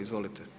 Izvolite.